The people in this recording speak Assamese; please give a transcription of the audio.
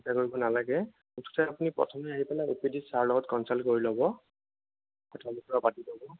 চিন্তা কৰিব নালাগে আচ্ছা আপুনি প্ৰথমে আহি পেলাই অ' পি ডি ছাৰৰ লগত কন্চাল্ট কৰি ল'ব কথা বতৰা পাতি ল'ব